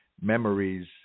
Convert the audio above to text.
memories